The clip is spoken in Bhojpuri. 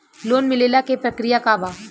लोन मिलेला के प्रक्रिया का बा?